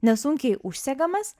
nesunkiai užsegamas